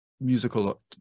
musical